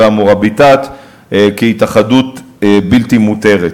וה"מוראביטאת" כהתאחדות בלתי מותרת.